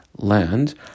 Land